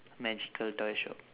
magical toy shop